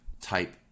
type